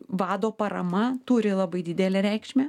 vado parama turi labai didelę reikšmę